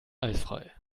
eisfrei